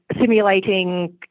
simulating